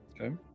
Okay